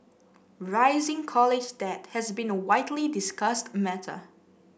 rising college debt has been a widely discussed matter